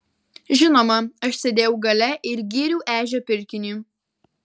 žinoma aš sėdėjau gale ir gyriau ežio pirkinį